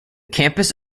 campus